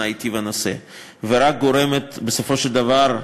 את טיב הנושא ורק גורמת בסופו של דבר,